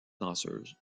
danseuse